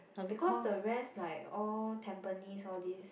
because the rest like all Tampines all this